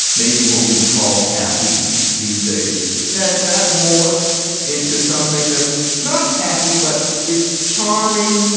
maybe what we would call tacky these days then that morphs into something that's not tacky, but is charming.